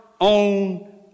own